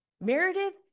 Meredith